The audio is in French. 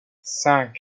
cinq